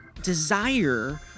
desire